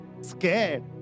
scared